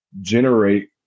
generate